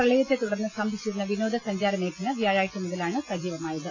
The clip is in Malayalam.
പ്രളയത്തെത്തുടർന്ന് സ്തംഭിച്ചിരുന്ന വിനോദ സഞ്ചാ രമേഖല വ്യാഴാഴ്ച മുതലാണ് സജീവമായത്